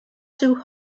too